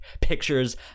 pictures